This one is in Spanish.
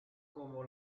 como